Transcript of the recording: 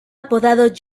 apodado